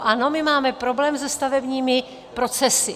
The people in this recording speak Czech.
Ano, my máme problém se stavebními procesy.